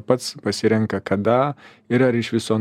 pats pasirenka kada ir ar iš viso